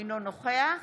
אינו נוכח